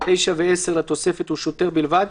(9) ו-(10) לתוספת הוא שוטר בלבד,